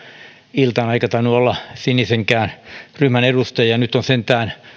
iltana eikä tainnut olla sinisenkään ryhmän edustajaa nyt ovat sentään